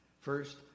First